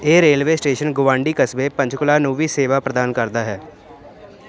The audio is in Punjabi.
ਇਹ ਰੇਲਵੇ ਸਟੇਸ਼ਨ ਗੁਆਂਢੀ ਕਸਬੇ ਪੰਚਕੂਲਾ ਨੂੰ ਵੀ ਸੇਵਾ ਪ੍ਰਦਾਨ ਕਰਦਾ ਹੈ